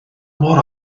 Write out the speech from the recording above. mor